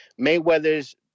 Mayweather's